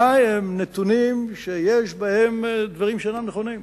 הם נתונים שיש בהם דברים שאינם נכונים.